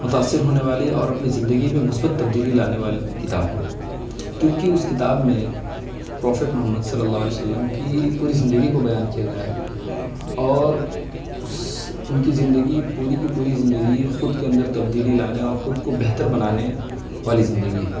متاثر ہونے والی اور اپنی زندگی میں مثبت تبدیلی لانے والی کتاب ہے وہ کیونکہ اس کتاب میں پروفٹ محمد صلی اللہ علیہ و سلم کی پوری زندگی کو بیان کیا گیا ہے اور اس ان کی زندگی پوری کی پوری زندگی خود کے اندر تبدیلی لانے اور خود کو بہتر بنانے والی زندگی ہے